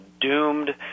doomed